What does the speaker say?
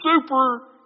super